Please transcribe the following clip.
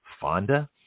Fonda